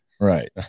Right